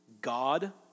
God